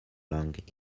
lang